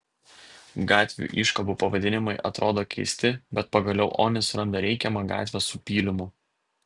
gatvių iškabų pavadinimai atrodo keisti bet pagaliau onis randa reikiamą gatvę su pylimu